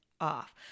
off